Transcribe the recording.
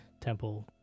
temple